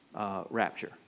rapture